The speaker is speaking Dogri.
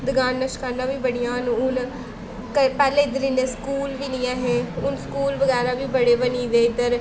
दकानां शकानां बी बड़ियां न हून क पैह्लें इद्धर इन्ने स्कूल बी निं है हे हून स्कूल बगैरा बी बड़े बनी दे इद्धर